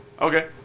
Okay